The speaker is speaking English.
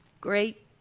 great